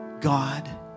God